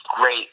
great